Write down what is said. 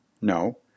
No